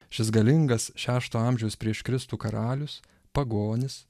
šis galingas šešto amžiaus prieš kristų karalius pagonis